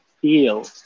feel